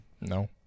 No